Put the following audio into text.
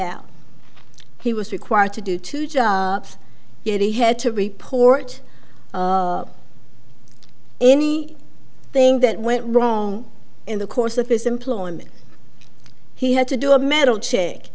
out he was required to do two jobs yet he had to report any thing that went wrong in the course of his employment he had to do a metal check